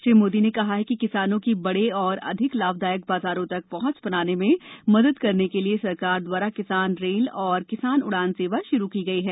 श्री मोदी ने कहा कि किसानों की बड़े और अधिक लाभदायक बाजारों तक पहुंच बनाने में मदद करने के लिए सरकार द्वारा किसान रेल और किसान उडान योजना श्रू की गई है